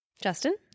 justin